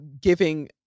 giving